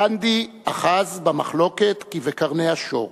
גנדי אחז במחלוקת כבקרני השור.